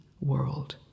world